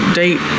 date